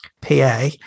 PA